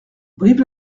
brive